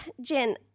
Jen